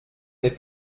n’est